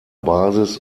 basis